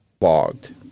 logged